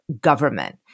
government